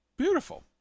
Beautiful